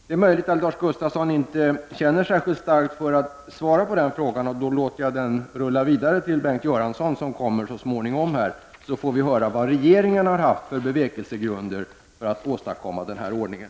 Det är möjligt att Lars Gustafsson inte känner särskilt starkt för att svara på den frågan, och då låter jag den gå vidare till Bengt Göransson, som kommer till kammaren så småningom, så att vi får höra vilka bevekelsegrunder regeringen har haft för att åstadkomma denna ordning.